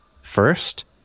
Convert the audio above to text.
first